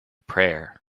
prayer